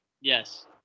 Yes